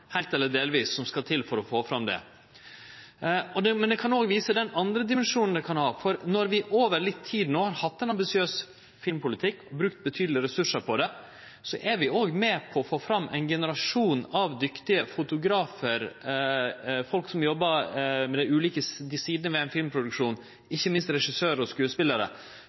heilt eller delvis – som skal til for å få fram det. Eg kan òg vise den andre dimensjonen det kan ha: Når vi no over litt tid har hatt ein ambisiøs filmpolitikk og brukt betydeleg ressursar på det, er vi òg med på å få fram ein generasjon av dyktige fotografar og andre fagfolk som jobbar med dei ulike sidene ved ein filmproduksjon, ikkje minst regissørar og